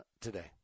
today